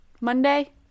monday